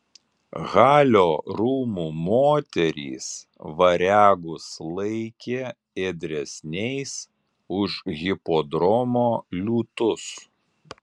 halio rūmų moterys variagus laikė ėdresniais už hipodromo liūtus